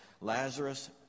Lazarus